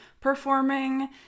performing